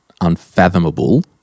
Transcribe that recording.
unfathomable